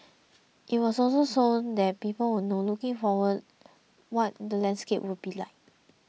it was also so that people will know looking forward what the landscape will be like